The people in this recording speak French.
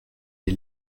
des